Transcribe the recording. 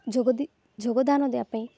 ଯୋଗ ଦେଇ ଯୋଗଦାନ ଦେବା ପାଇଁ